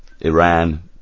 Iran